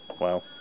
Wow